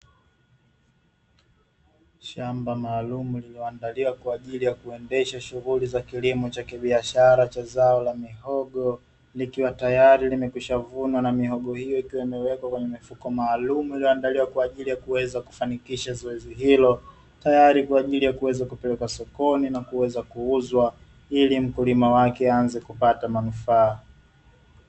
Shamba maalumu lililoandaliwa kwa ajili ya kuendesha shughuli za kilimo cha kibiashara cha zao la mihogo, likiwa tayari limekwisha vuna, na mihogo hiyo ikiwa imewekwa kwenye mifuko maalumu iliyoandaliwa kwa ajili ya kuweza kufanikisha zoezi hilo, tayari kwa ajili ya kuweza kupelekwa sokoni na kuweza kuuzwa, ili mkulima wake aanze kupata manufaa.